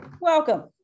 welcome